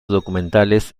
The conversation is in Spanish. documentales